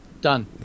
Done